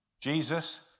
Jesus